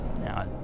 Now